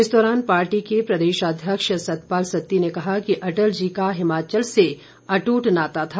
इस दौरान पार्टी को प्रदेशाध्यक्ष सतपाल सत्ती ने कहा कि अटल जी का हिमाचल से अट्ट नाता था